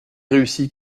réussi